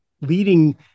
leading